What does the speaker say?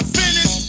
finish